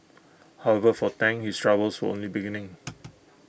however for Tang his troubles were only beginning